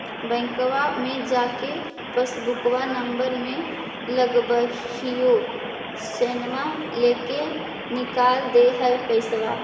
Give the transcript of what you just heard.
बैंकवा मे जा के पासबुकवा नम्बर मे लगवहिऐ सैनवा लेके निकाल दे है पैसवा?